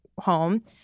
home